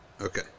Okay